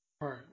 right